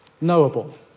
knowable